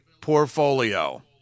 portfolio